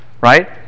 Right